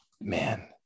man